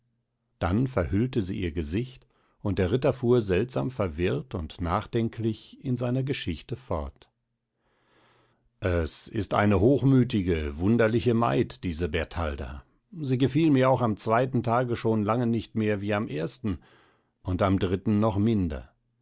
dann verhüllte sie ihr gesicht und der ritter fuhr seltsam verwirrt und nachdenklich in seiner geschichte fort es ist eine hochmütige wunderliche maid diese bertalda sie gefiel mir auch am zweiten tage schon lange nicht mehr wie am ersten und am dritten noch minder